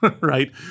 right